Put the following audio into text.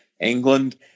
England